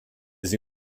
sie